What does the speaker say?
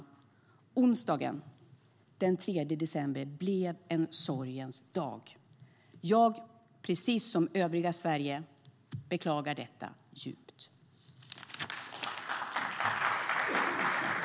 Onsdagen den 3 december blev en sorgens dag. Jag, precis som övriga Sverige, beklagar detta djupt.I detta anförande instämde Johan Andersson, Rikard Larsson, Teres Lindberg, Lars Mejern Larsson, Jasenko Omanovic, Leif Pettersson och Suzanne Svensson .